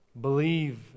believe